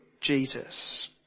Jesus